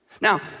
Now